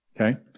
Okay